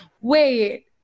wait